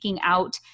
out